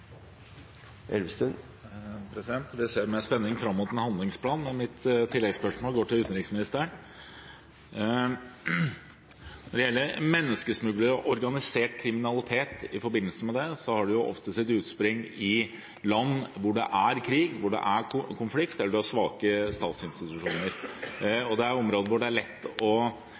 Elvestuen – til oppfølgingsspørsmål. Jeg ser med spenning fram mot en handlingsplan, men mitt tilleggsspørsmål går til utenriksministeren. Når det gjelder menneskesmuglere og organisert kriminalitet i forbindelse med det, har det ofte sitt utspring i land hvor det er krig, hvor det er konflikt, og der man har svake statsinstitusjoner, i områder hvor det er lett å